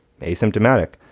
asymptomatic